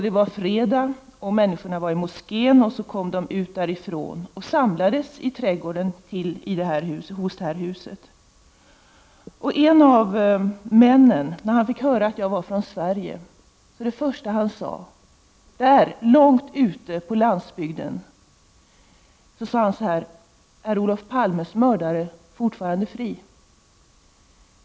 Det var fredag, människorna kom ut från moskén och samlades i husets trädgård. När en av männen, där långt ute på landsbygden, fick höra att jag kom från Sverige var det första han sade: Är Olof Palmes mördare fortfarande fri?